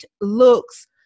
looks